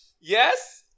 Yes